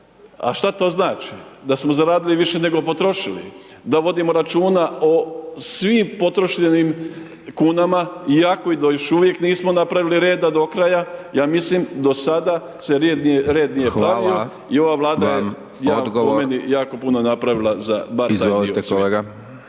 a što to znači? Da smo zaradili više nego potrošili, da vodimo računa o svim potrošenim kunama iako još uvijek nismo napravili red do kraja ja mislim, do sada se red nije …/Govornik se ne razumije./… i ova vlada je po meni, jako puno napravila za …/Govornik se